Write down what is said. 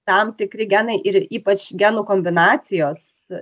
tam tikri genai ir ypač genų kombinacijos